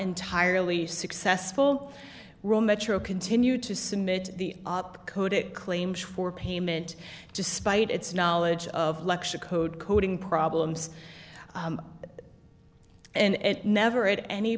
entirely successful ro metro continue to submit the opcode it claims for payment despite its knowledge of lecture code coding problems and it never at any